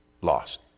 Lost